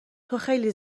خیلی